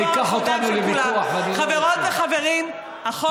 זה ייקח אותנו לוויכוח, ואני לא רוצה.